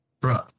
Bro